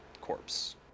corpse